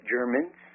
Germans